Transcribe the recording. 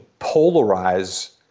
polarize